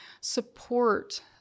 support